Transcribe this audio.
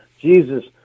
Jesus